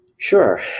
Sure